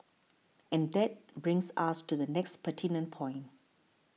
and that brings us to the next pertinent point